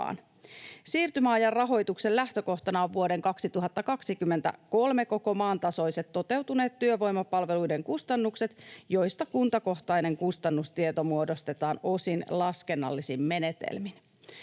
Siirtymäajan rahoituksen lähtökohtana on vuoden 2023 koko maan tasoiset toteutuneet työvoimapalveluiden kustannukset, joista kuntakohtainen kustannustieto muodostetaan osin laskennallisin menetelmin.